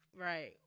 Right